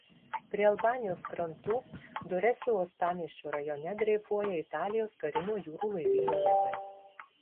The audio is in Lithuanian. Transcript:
prie albanijos krantų duresio uostamiesčio rajone dreifuoja italijos karinio jūrų laivyno laivai